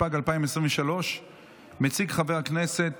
התשפ"ג 2023. מציג חבר הכנסת